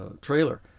trailer